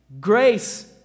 grace